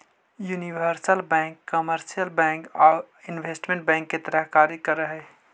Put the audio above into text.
universal bank commercial bank आउ investment bank के तरह कार्य कर हइ